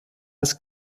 als